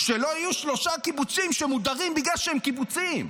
שלא יהיו שלושה קיבוצים שמודרים בגלל שהם קיבוצים.